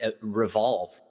revolve